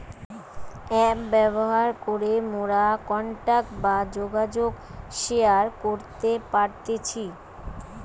app ব্যবহার করে মোরা কন্টাক্ট বা যোগাযোগ শেয়ার করতে পারতেছি